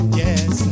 yes